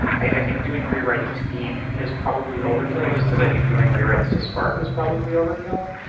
i think doing rewrites to beam is probably overkill, just as i think doing rewrites to spark is probably overkill.